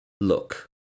look